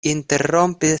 interrompi